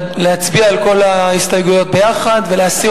להצביע על כל ההסתייגויות ביחד ולהסיר